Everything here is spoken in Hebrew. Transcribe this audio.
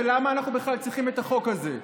למה אנחנו בכלל צריכים את החוק הזה?